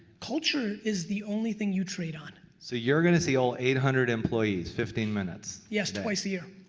culture is the only thing you trade on. so you're gonna see all eight hundred employees fifteen minutes? yes, twice a year.